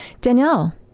Danielle